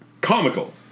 comical